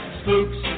spooks